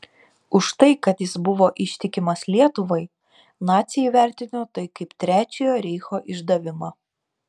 už tai kad jis buvo ištikimas lietuvai naciai įvertino tai kaip trečiojo reicho išdavimą